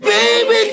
Baby